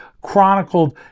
chronicled